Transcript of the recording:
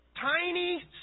Tiny